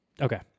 Okay